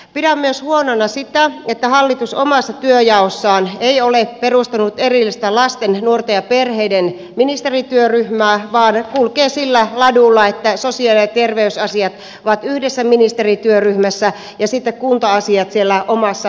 pidän myös huonona sitä että hallitus omassa työnjaossaan ei ole perustanut erillistä lasten nuorten ja perheiden ministerityöryhmää vaan kulkee sillä ladulla että sosiaali ja terveysasiat ovat yhdessä ministerityöryhmässä ja sitten kunta asiat siellä omassa peruspalveluministerityöryhmässään